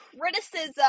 criticism